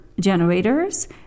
generators